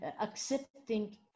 accepting